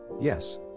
Yes